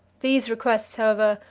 these requests, however,